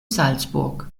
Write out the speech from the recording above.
salzburg